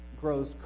grows